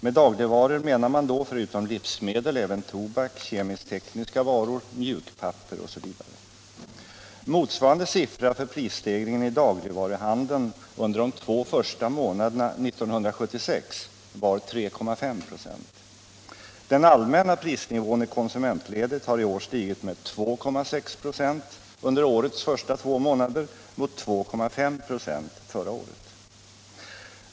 Med dagligvaror menar man förutom livsmedel även tobak, kemisk-tekniska varor, mjukpapper osv. Motsvarande siffra för prisstegringen i dagligvaruhandeln under de två första månaderna 1976 var 3,5 26. Den allmänna prisnivån i konsumentledet har i år stigit med 2,6 26 under årets första två månader mot 2,5 26 förra året.